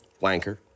Wanker